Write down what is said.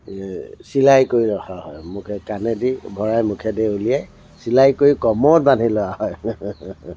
এই চিলাই কৰি ৰখা হয় মুখে কাণেদি ভৰাই মুখেদি উলিয়াই চিলাই কৰি কমৰত বান্ধি লোৱা হয়